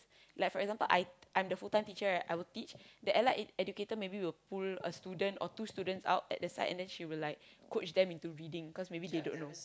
like for example I I'm the full-time teacher right I will teach the allied e~ educator maybe will pull a student or two students out at the side and then she will like coach them into reading cause maybe they don't know